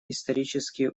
исторические